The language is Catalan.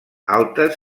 altes